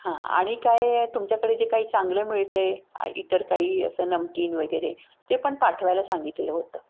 हां आणि काय तुमच्याकडे जे काही चांगलं मिळतं आहे इतर काही असं नमकीन वगैरे ते पण पाठवायला सांगितलेलं होतं